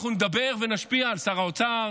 אנחנו נדבר ונשפיע על שר האוצר,